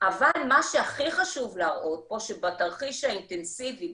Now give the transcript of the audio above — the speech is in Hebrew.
אבל מה שהכי חשוב להראות פה שבתרחיש האינטנסיבי,